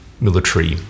military